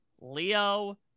Leo